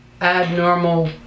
abnormal